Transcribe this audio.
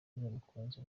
abakunzi